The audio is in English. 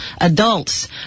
adults